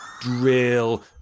drill